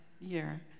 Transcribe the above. year